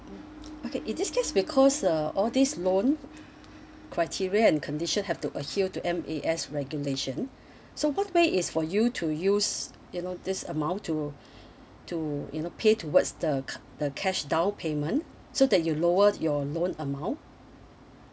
mmhmm okay in this case because uh all these loan criteria and condition have to adhere to M_A_S regulation so what way is for you to use you know this amount to to you know pay towards the ca~ the cash down payment so that you lower your loan amount